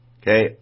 okay